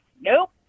Nope